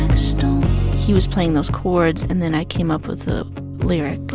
stone he was playing those chords, and then i came up with the lyric